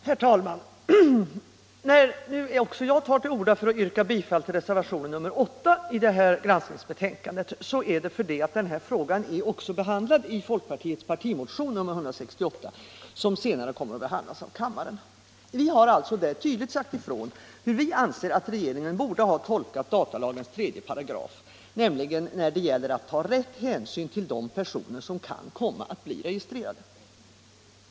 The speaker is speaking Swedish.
Herr talman! När nu också jag tar till orda för att yrka bifall till reservation nr 8 i KU:s granskningsbetänkande, är det för att denna fråga också är behandlad i folkpartiets partimotion nr 168, som senare kommer att behandlas av kammaren. Vi har där tydligt sagt ifrån, hur vi anser att regeringen borde ha tolkat datalagens 3 §, nämligen när det gäller att ta rätt hänsyn till de personer som kan komma att bli registrerade.